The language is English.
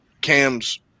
Cam's